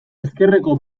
ezkerreko